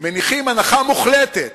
מניחים הנחה מוחלטת